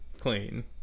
clean